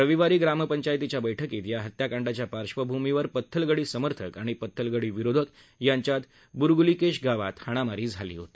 रविवारी ग्रामपंचायतीच्या बैठकीत या हत्याकाडांच्या पार्श्वभूमीवर पत्थलगडी सर्मथक आणि पत्थलगडी विरोधक यांच्यात ब्रग्लीकेश गावात हाणामारीही झाली होती